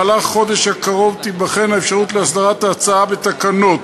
במהלך החודש הקרוב תיבחן האפשרות להסדרת ההצעה בתקנות.